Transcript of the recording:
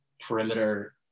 perimeter